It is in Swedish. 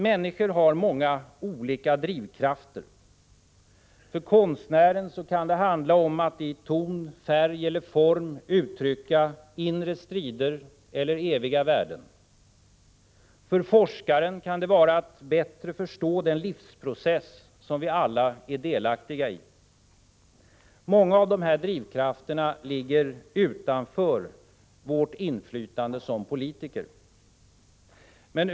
Människor kan ha många olika drivkrafter. För konstnären kan det handla om att i ton, färg eller form uttrycka inre strider eller eviga värden. För forskaren kan det vara att bättre förstå den livsprocess vi alla är delaktiga i. Många av dessa drivkrafter ligger utanför vårt inflytande som politiker.